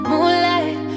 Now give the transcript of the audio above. Moonlight